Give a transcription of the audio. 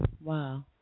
Wow